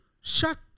Shut